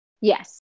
Yes